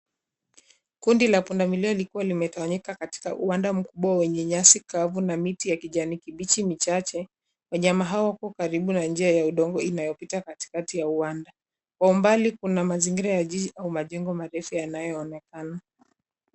Kundi la punda milia likiwa limetawanyika katika uwanda mkubwa wenye nyasi kavu na miti ya kijani kibichi michache. Wanyama hao wako karibu na njia ya udongo inayopita katikati ya uwanda. Kwa umbali kuna mazigira ya jiji au majengo marefu yanayoonekana.